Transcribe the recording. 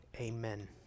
amen